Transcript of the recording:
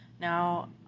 Now